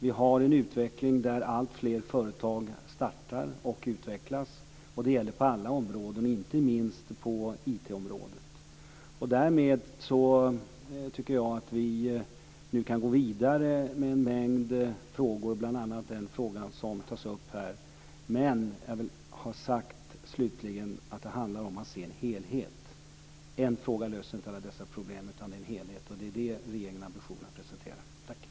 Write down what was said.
Vi har en utveckling där alltfler företag startar och utvecklas, och det gäller på alla områden, inte minst på IT-området. Därmed tycker jag att vi nu kan gå vidare med en mängd frågor, bl.a. den fråga som tas upp här. Jag vill slutligen ha sagt att det handlar om att se en helhet. En fråga löser inte alla dessa problem, utan det är en helhet. Det är det regeringen har ambition att presentera.